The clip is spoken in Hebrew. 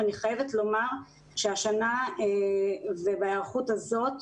ואני חייבת לומר שהשנה ובהיערכות הזאת,